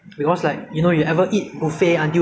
I think that's something that will be very torturous lah if you